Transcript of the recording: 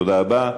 תודה רבה.